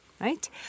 right